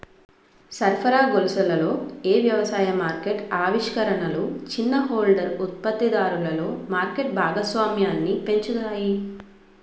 సరఫరా గొలుసులలో ఏ వ్యవసాయ మార్కెట్ ఆవిష్కరణలు చిన్న హోల్డర్ ఉత్పత్తిదారులలో మార్కెట్ భాగస్వామ్యాన్ని పెంచుతాయి?